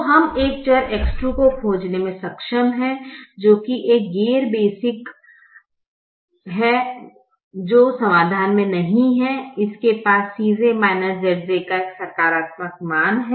तो हम एक चर X2 को खोजने में सक्षम हैं जो कि गैर बेसिक है जो समाधान में नहीं है इसके पास Cj Zj का एक सकारात्मक मान है